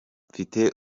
mfite